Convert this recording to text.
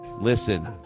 Listen